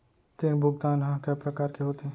ऋण भुगतान ह कय प्रकार के होथे?